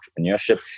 entrepreneurship